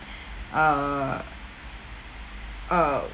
err oo